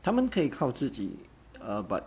他们可以靠自己 err but